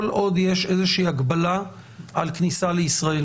עוד יש איזושהי הגבלה על כניסה לישראל.